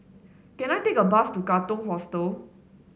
can I take a bus to Katong Hostel